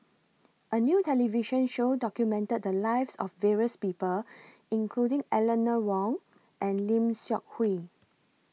A New television Show documented The Lives of various People including Eleanor Wong and Lim Seok Hui